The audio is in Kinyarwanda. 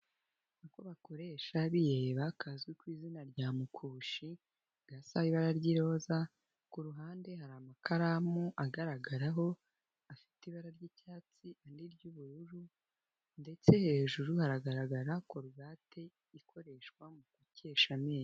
Uko bakoresha riyeri bakazwi ku izina rya mukushi, gasa ibara ry'iroza, ku ruhande hari amakaramu agaragaraho afite ibara ry'icyatsi n'iry'ubururu, ndetse hejuru haragaragara korogate ikoreshwa mugukesha amenyo.